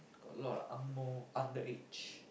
got a lot of ang-moh underage